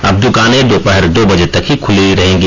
अब द्वकानें दोपहर दो बजे तक ही खुली रहेंगी